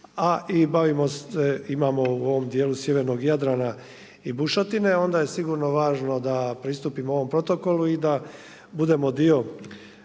imamo u ovom dijelu sjevernog Jadrana i bušotine. Onda je sigurno važno da pristupimo ovom protokolu i da budemo dio